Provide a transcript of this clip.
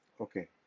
Okay